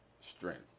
strength